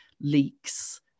leaks